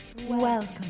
Welcome